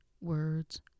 words